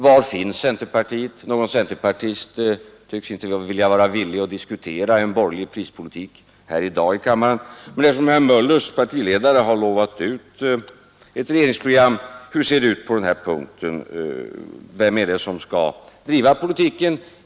Var finns centerpartiet? Någon centerpartist tycks inte vara villig att i dag här i kammaren diskutera en borgerlig prispolitik, men eftersom herr Möllers partiledare har utlovat ett regeringsprogram: Hur ser det ut på denna punkt? Vilket parti skall driva politiken?